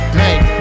make